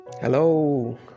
Hello